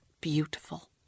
beautiful